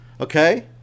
Okay